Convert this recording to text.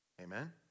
Amen